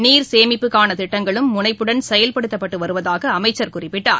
நீர் சேமிப்புக்கான திட்டங்களும் முனைப்புடன் செயல்படுத்தப்பட்டு வருவதாக அமைச்சர் குறிப்பிட்டார்